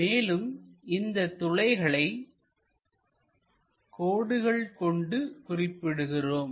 மேலும் இந்த துளைகளை குறிக்க நாம் விடு கோடுகள் கொண்டு குறிப்பிடுகிறோம்